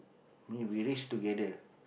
me we live together